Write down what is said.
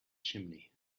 chimney